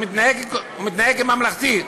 הוא מתנהג באופן ממלכתי.